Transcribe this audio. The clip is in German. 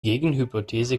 gegenhypothese